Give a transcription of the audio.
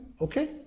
okay